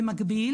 במקביל,